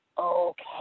okay